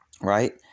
Right